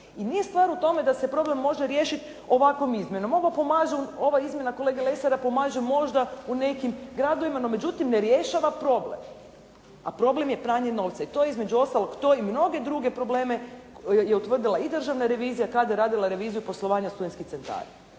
I nije stvar u tome da se problem može riješiti ovakvom izmjenom, ova izmjena kolege Lesara pomaže možda u nekim gradovima, međutim ne rješava problem, a problem je pranje novca. I to između ostalo to i mnoge druge probleme je utvrdila i Državna revizija kada je radila reviziju poslovanja studentskih centara.